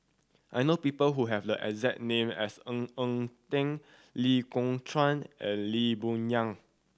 I know people who have the exact name as Ng Eng Teng Lee Kong Chian and Lee Boon Yang